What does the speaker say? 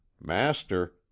master